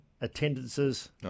attendances